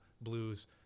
blues